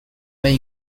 may